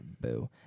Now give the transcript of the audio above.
Boo